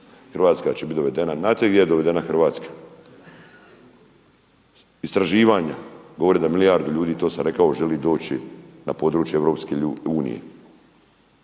Hrvatska će biti dovedena, znate vi gdje je dovedena Hrvatska? Istraživanja, govore da milijardu ljudi, to sam rekao, želi doći na područje EU, a mi